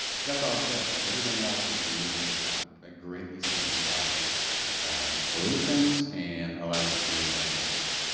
but that's all that's left. everything else has been moved to the cloud. that greatly simplifies solutions and allows us to move a lot faster.